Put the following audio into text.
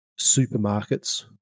supermarkets